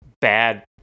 bad